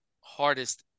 hardest